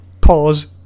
Pause